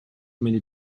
many